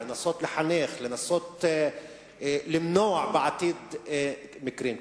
לנסות לחנך ולנסות למנוע בעתיד מקרים כאלה.